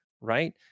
right